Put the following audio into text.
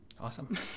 Awesome